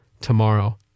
tomorrow